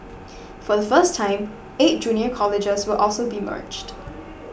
for the first time eight junior colleges will also be merged